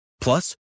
Plus